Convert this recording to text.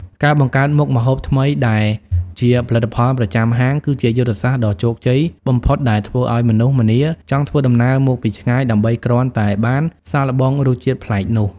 ការបង្កើតមុខម្ហូបថ្មីដែលជា "ផលិតផលប្រចាំហាង" គឺជាយុទ្ធសាស្ត្រដ៏ជោគជ័យបំផុតដែលធ្វើឱ្យមនុស្សម្នាចង់ធ្វើដំណើរមកពីឆ្ងាយដើម្បីគ្រាន់តែបានសាកល្បងរសជាតិប្លែកនោះ។